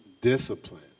discipline